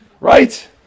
right